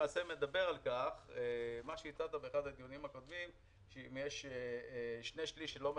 מדבר על כך שאם יש שני שליש שלא מסכימים,